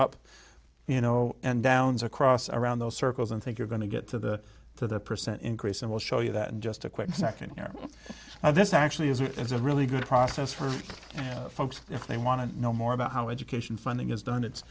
up you know and downs across around those circles and think you're going to get to the to the percent increase and we'll show you that in just a quick second here now this actually is a really good process for folks if they want to know more about how education funding is done it's